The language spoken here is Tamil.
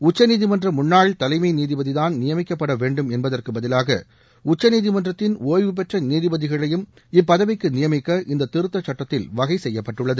உச்சநீதிமன்ற முன்னாள் தலைமை நீதிபதிதான் நியமிக்கப்பட வேண்டும் என்பதற்குப் பதிவாக உச்சநீதிமன்றத்தின் ஒய்வுபெற்ற நீதிபதிகளையும் இப்பதவிக்கு நியமிக்க இந்த திருத்தச் சட்டத்தில் வகை செய்யப்பட்டுள்ளது